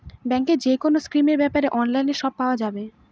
ব্যাঙ্কের যেকোনো স্কিমের ব্যাপারে অনলাইনে সব পাওয়া যাবে